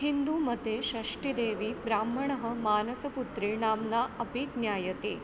हिन्दुमते षष्ठीदेवी ब्रह्मणः मानसपुत्री नाम्ना अपि ज्ञायते